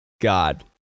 god